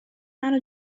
منو